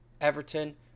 Everton